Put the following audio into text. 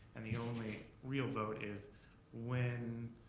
and the only real vote is when